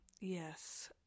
yes